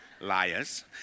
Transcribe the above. Liars